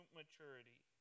maturity